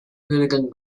hooligan